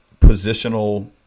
positional